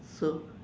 so